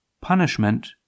punishment